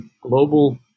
global